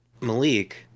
Malik